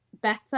better